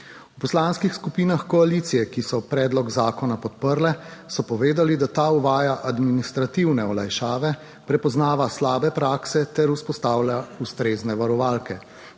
V poslanskih skupinah koalicije, ki so predlog zakona podprle, so povedali, da ta uvaja administrativne olajšave, prepoznava slabe prakse ter vzpostavlja ustrezne varovalke.